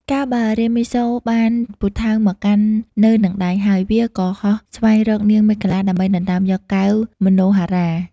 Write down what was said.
កាលបើរាមាសូរបានពូថៅមកកាន់នៅនឹងដៃហើយ វាក៏ហោះស្វែងរកនាងមេខលា ដើម្បីដណ្តើមយកកែវមនោហរា។